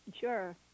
Sure